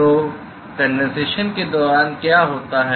तो कंडेंसेशन के दौरान क्या होता है